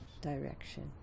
Direction